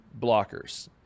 blockers